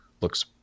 looks